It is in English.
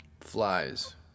flies